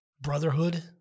brotherhood